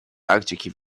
тактики